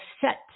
set